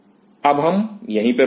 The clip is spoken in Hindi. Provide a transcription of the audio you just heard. अब हम यहीं पर रुकते हैं